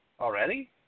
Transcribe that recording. already